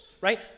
right